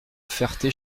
ferté